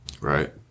right